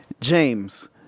James